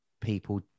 people